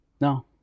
No